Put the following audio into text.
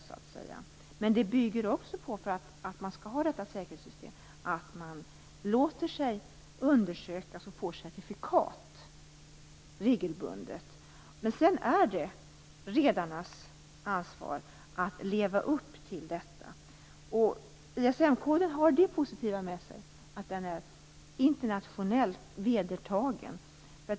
Att ha detta säkerhetssystem bygger också på att man låter sig undersökas och får certifikat regelbundet. Men sedan är det redarnas ansvar att leva upp till detta. ISM-koden har det positiva med sig att den är internationellt vedertagen.